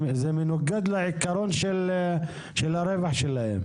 זה מנוגד לעיקרון הרווח שלהם.